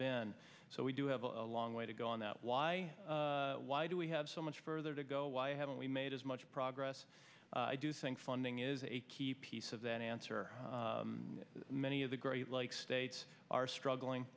been so we do have a long way to go on that why why do we have so much further to go why haven't we made as much progress i do think funding is a key piece of that answer many of the great lakes states are struggling